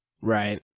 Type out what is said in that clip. Right